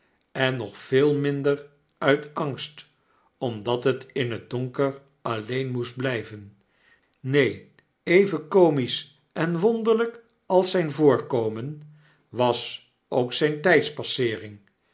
en nog veel minder uit angst omdat het in donker alleen moest blijven neen even comisch en wonderlp als zgn voorkomen was ook zijne